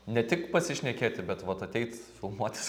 ne tik pasišnekėti bet vot ateit filmuotis kaip mama su tėvais kokie